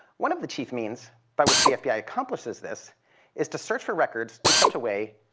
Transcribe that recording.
one of the chief means by which the fbi accomplishes this is to search for records in such a way